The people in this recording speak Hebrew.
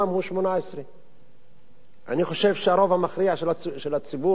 שהוא 18. אני חושב שהרוב המכריע של הציבור